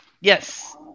Yes